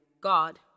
God